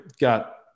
got